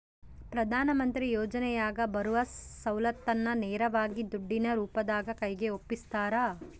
ಪ್ರಧಾನ ಮಂತ್ರಿ ಯೋಜನೆಯಾಗ ಬರುವ ಸೌಲತ್ತನ್ನ ನೇರವಾಗಿ ದುಡ್ಡಿನ ರೂಪದಾಗ ಕೈಗೆ ಒಪ್ಪಿಸ್ತಾರ?